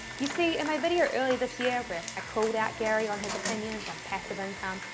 you see, in my video earlier this year where i called out gary on his opinions on passive income,